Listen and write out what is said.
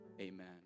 amen